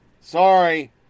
Sorry